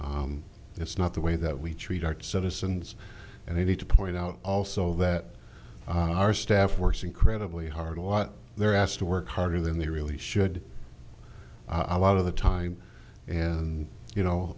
that it's not the way that we treat our citizens and we need to point out also that our staff works incredibly hard a lot they're asked to work harder than they really should i lot of the time and you know